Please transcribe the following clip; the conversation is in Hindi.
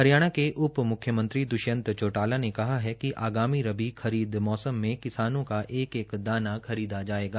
हरियाणा के उप मुख्यमंत्री दृष्यंत चौटाला ने कहा है कि आगामी रबी खरीद मौसम में किसानों का एक एक दाना खरीदा जायेगा